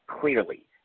clearly